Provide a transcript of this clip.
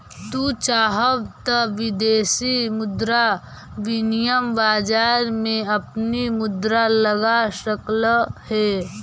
तू चाहव त विदेशी मुद्रा विनिमय बाजार में अपनी मुद्रा लगा सकलअ हे